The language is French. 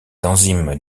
enzymes